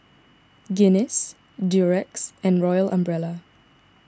Guinness Durex and Royal Umbrella